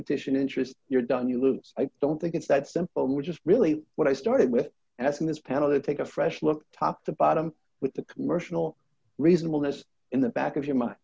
petition interest you're done you lose i don't think it's that simple which is really what i started with as in this panel to take a fresh look top to bottom with the commercial reasonable list in the back of your mind